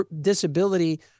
disability